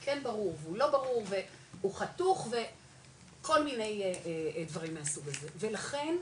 הוא כן ברור ולא ברור והוא חתוך וכל מיני דברים מהסוג הזה ולכן,